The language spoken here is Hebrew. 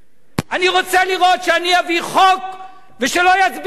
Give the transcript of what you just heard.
אני רוצה לראות שאני אביא חוק ושלא יצביעו אתי.